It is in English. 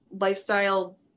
lifestyle